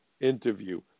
interview